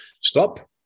stop